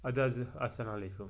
اد حظ اسلام علیکُم